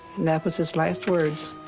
and that was his last words,